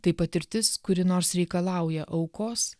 tai patirtis kuri nors reikalauja aukos